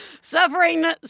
Suffering